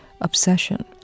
obsession